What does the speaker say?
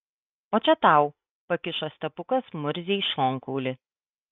o čia tau pakišo stepukas murzei šonkaulį